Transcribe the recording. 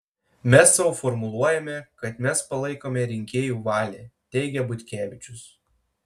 mes sau formuluojame kad mes palaikome rinkėjų valią teigė butkevičius